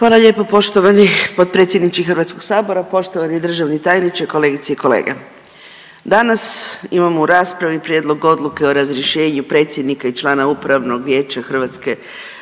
Hvala lijepo. Poštovani potpredsjedniče HS-a, poštovani državni tajniče, kolegice i kolege. Danas imamo u raspravi Prijedlog odluke o razrješenju predsjednika i člana Upravnog vijeća HERA-e